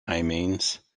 amines